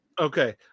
Okay